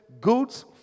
goods